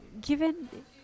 given